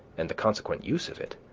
and the consequent use of it,